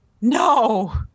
No